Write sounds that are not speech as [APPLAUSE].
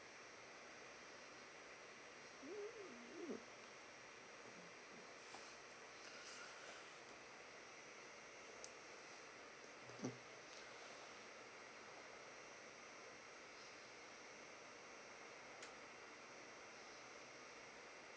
[NOISE] mm